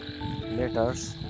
letters